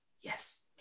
yes